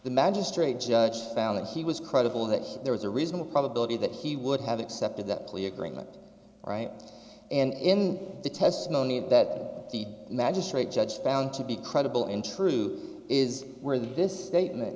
the magistrate judge found that he was credible that there was a reasonable probability that he would have accepted the plea agreement right and in the testimony that the magistrate judge found to be credible in truth is where this statement